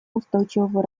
устойчивого